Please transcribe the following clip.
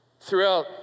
throughout